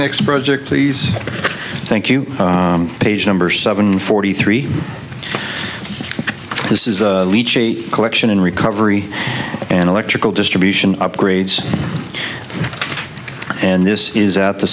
next project please thank you page number seven forty three this is a collection in recovery and electrical distribution upgrades and this is out the